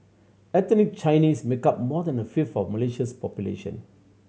ethnic Chinese make up more than a fifth of Malaysia's population